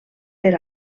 per